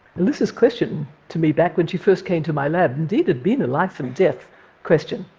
elissa's question to me, back when she first came to my lab, indeed had been a life-and-death question.